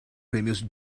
premios